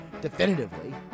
definitively